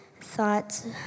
thoughts